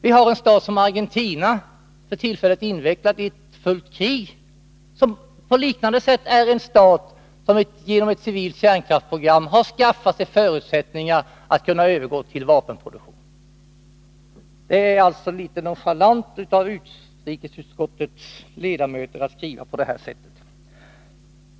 Vi har Argentina — för tillfället invecklat i fullt krig — som på liknande sätt är en stat som genom ett civilt kärnkraftsprogram har skaffat sig förutsättningar att övergå till vapenproduktion. Det är alltså litet nonchalant av utrikesutskottets ledamöter att skriva på det här sättet.